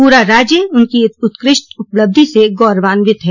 प्रा राज्य इनकी उत्कृष्ट उपलब्धि से गौरवान्वित है